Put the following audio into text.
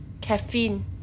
caffeine